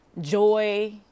joy